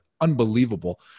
unbelievable